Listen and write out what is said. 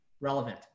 relevant